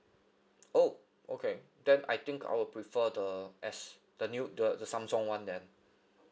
oh okay then I think I will prefer the S the new the the samsung one then